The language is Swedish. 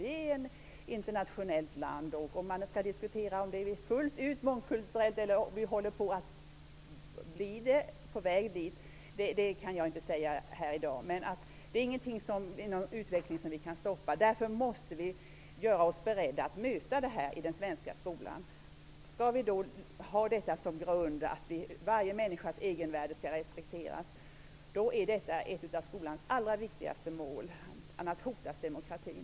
Vi är ett internationellt land. Om landet är mångkulturellt fullt ut eller om det håller på att bli det kan jag inte säga här i dag. Men detta är inte en utveckling som vi kan stoppa. Därför måste vi göra oss beredda att möta detta i den svenska skolan. Skall vi ha som grund att varje människas egenvärde skall respekteras, är detta ett av skolans allra viktigaste mål. Annars hotas demokratin.